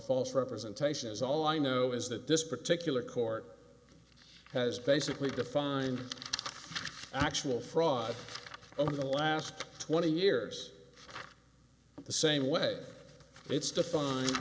false representation is all i know is that this particular court has basically defined actual fraud over the last twenty years the same way it's